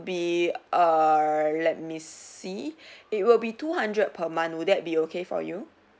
be err let me see it will be two hundred per month would that be okay for you